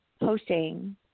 hosting